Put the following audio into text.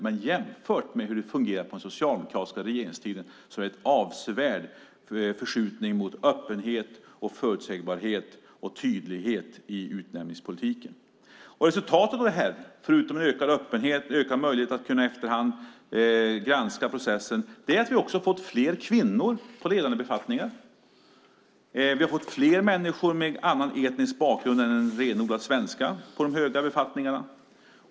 Men jämfört med hur det fungerade på den socialdemokratiska regeringstiden är det en avsevärd förskjutning mot öppenhet, förutsägbarhet och tydlighet i utnämningspolitiken. Resultatet av detta, förutom en ökad öppenhet och en ökad möjlighet att i efterhand granska processen, är att vi också har fått fler kvinnor på ledande befattningar. Vi har fått fler människor med annan etnisk bakgrund än den renodlat svenska på de höga befattningarna.